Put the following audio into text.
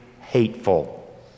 hateful